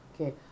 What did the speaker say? Okay